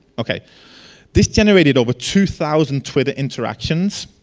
ok this generated over two thousand twitter interactions